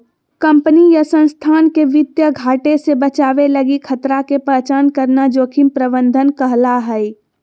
company या संस्थान के वित्तीय घाटे से बचावे लगी खतरा के पहचान करना जोखिम प्रबंधन कहला हय